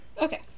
Okay